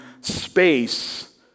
space